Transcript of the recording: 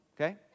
okay